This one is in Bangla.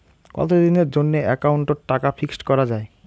কতদিনের জন্যে একাউন্ট ওত টাকা ফিক্সড করা যায়?